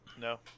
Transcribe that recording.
No